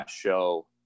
show